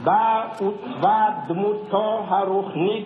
בה עוצבה דמותו הרוחנית,